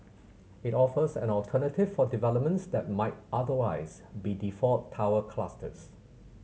it offers an alternative for developments that might otherwise be default tower clusters